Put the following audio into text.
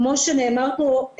כמו שנאמר פה,